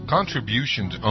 Contributions